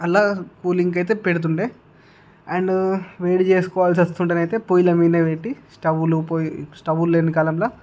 అలా కూలింగ్ అయితే పెడుతుండే అండ్ వేడి చేసుకోవాల్సి వస్తే అయితే పొయ్యిల మీద పెట్టి స్టవ్లు పొయ్యి స్టవ్ లేని కాలంలో